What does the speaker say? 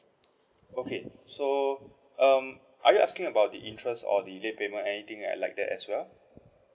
okay so um are you asking about the interest or the late payment anything uh like that as well